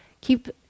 Keep